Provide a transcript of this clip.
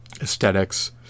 aesthetics